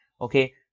Okay